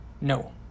No